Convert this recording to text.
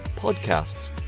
podcasts